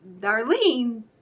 Darlene